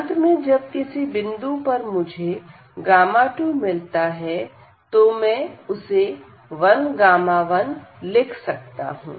अंत में जब किसी बिंदु पर मुझे 2 मिलता है तो मैं उसे 1 1 लिख सकता हूं